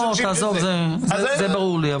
לא, זה ברור לי.